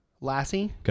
Lassie